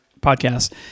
podcast